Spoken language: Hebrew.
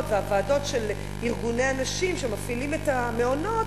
והוועדות של ארגוני הנשים שמפעילים את המעונות,